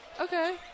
Okay